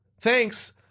Thanks